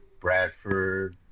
Bradford